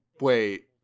Wait